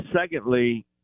Secondly